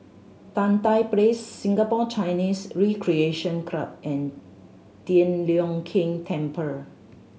Tan Tye Place Singapore Chinese Recreation Club and Tian Leong Keng Temple